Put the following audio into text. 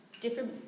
different